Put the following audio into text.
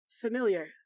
familiar